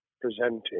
presenting